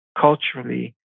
culturally